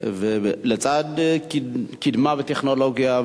לצד קדמה בטכנולוגיה,